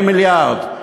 40 מיליארד.